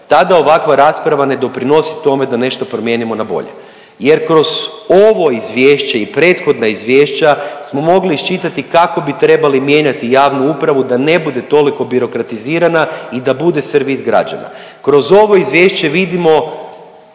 tada ovakva rasprava ne doprinosi tome da nešto promijenimo na bolje, jer kroz ovo izvješće i prethodna izvješća, smo mogli iščitati kako bi trebali mijenjati javnu upravu da ne bude toliko birokratizirana i da bude servis građana. Kroz ovo izvješće vidimo